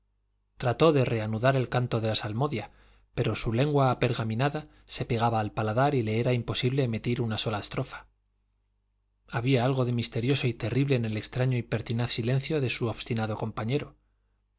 trató de reanudar el canto de la salmodia pero su lengua apergaminada se pegaba al paladar y le era imposible emitir una sola estrofa había algo de misterioso y terrible en el extraño y pertinaz silencio de su obstinado compañero